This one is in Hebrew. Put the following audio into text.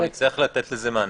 אנחנו נצטרך לתת לזה מענה.